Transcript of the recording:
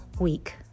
week